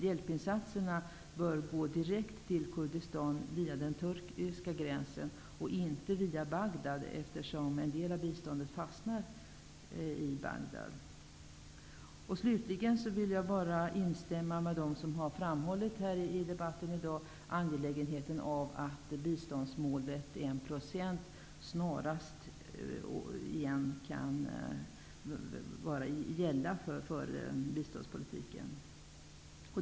Hjälpinsatserna bör gå direkt till Kurdistan via den turkiska gränsen och inte via Bagdad -- en del av biståndet fastnar i Jag vill instämma med dem som har framhållit i debatten angelägenheten av att biståndsmålet 1 % återigen skall gälla för biståndspolitiken.